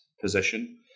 position